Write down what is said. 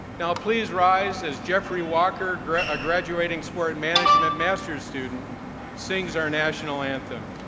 now, please rise as jeffrey walker, a graduating sport management master student sings our national anthem.